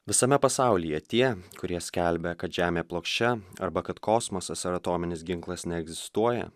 visame pasaulyje tie kurie skelbia kad žemė plokščia arba kad kosmosas ar atominis ginklas neegzistuoja